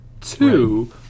Two